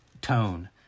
tone